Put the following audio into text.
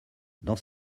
dans